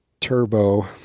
Turbo